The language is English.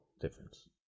difference